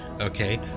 Okay